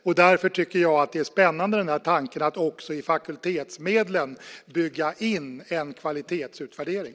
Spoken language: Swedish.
Jag tycker att det är spännande med tanken att också i fakultetsmedlen bygga in en kvalitetsutvärdering.